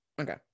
Okay